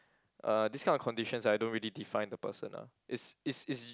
uh this kind of conditions I don't really define the person lah it's it's it's